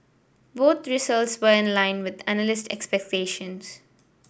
both results were in line with analyst expectations